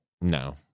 no